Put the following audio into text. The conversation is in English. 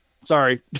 Sorry